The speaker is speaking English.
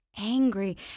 Angry